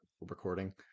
recording